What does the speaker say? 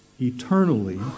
eternally